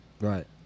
Right